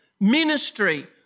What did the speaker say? ministry